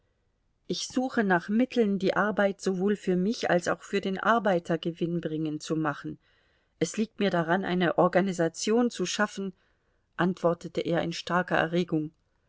ich suche nach mitteln die arbeit sowohl für mich als auch für den arbeiter gewinnbringend zu machen es liegt mir daran eine organisation zu schaffen antwortete er in starker erregung